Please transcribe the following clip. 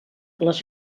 les